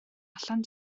allan